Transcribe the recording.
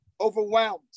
overwhelmed